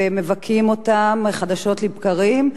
ומבכים אותן חדשות לבקרים.